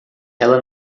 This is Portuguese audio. ela